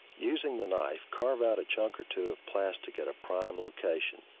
using the knife, carve out a chunk or two of plastic at a prime location.